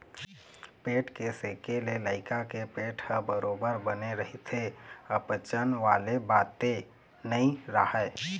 पेट के सेके ले लइका के पेट ह बरोबर बने रहिथे अनपचन वाले बाते नइ राहय